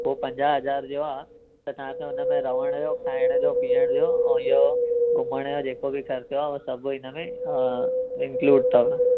हू पंजा हज़ार जो आहे त तव्हांखे हुन में रहण जो खाइण जो पीअण जो ऐं इहो घुमण जो जेको बि ख़र्चु आहे उहो सभु हिन में इंक्लुड अथव